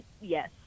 Yes